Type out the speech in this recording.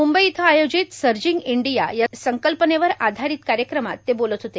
मुंबई इथं आयोजित surging India या संकल्पनेवर आधारित कार्यक्रमात ते बोलत होते